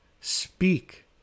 speak